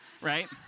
Right